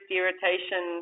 irritation